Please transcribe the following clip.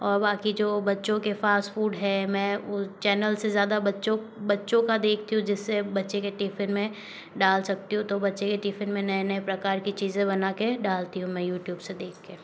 और बाकी जो बच्चों के फास्ट फूड है मैं वह चैनल से ज़्यादा बच्चों बच्चों का देखती हूँ जिससे बच्चे के टिफिन में डाल सकती हूँ तो बच्चे के टिफिन में नए नए प्रकार की चीज़ें बनाके डालती हूं मैं यूट्यूब से देख कर